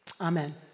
Amen